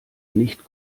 nicht